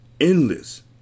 Endless